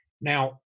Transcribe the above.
Now